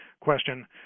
question